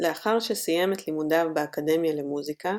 לאחר שסיים את לימודיו באקדמיה למוזיקה,